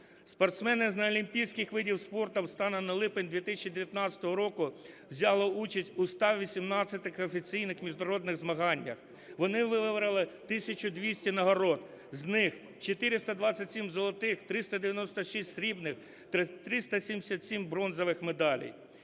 Спортсмени з неолімпійських видів спорту станом на липень 2019 року взяли участь у 118 офіційних міжнародних змаганнях. Вони вибороли тисячу 200 нагород, з них – 427 золотих, 396 срібних, 377 бронзових медалей.